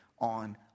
on